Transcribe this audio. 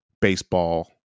baseball